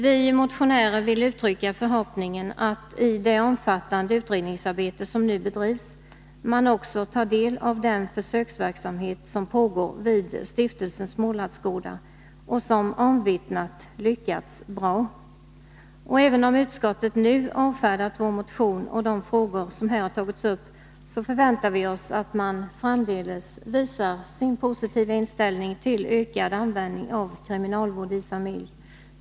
Vi motionärer vill uttrycka förhoppningen att i det omfattande utredningsarbete som nu bedrivs man tar del av den försöksverksamhet som pågår vid Stiftelsen Smålandsgårdar och som omvittnat lyckas bra. Även om utskottet nu avfärdat vår motion och de frågor som där tagits upp, förväntar vi oss att man framdeles visar sin positiva inställning till ökad användning av kriminalvård i familj.